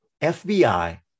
FBI